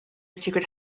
secret